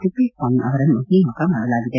ತಿಪ್ಪೇಸ್ವಾಮಿ ಅವರನ್ನು ನೇಮಕ ಮಾಡಲಾಗಿದೆ